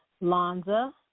Lanza